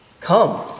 Come